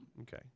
okay